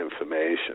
information